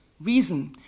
reason